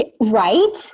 Right